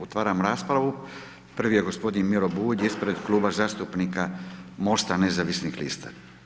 Otvaram raspravu, prvi je g. Miro Bulj, ispred Kluba zastupnika Mosta nezavisnih lista.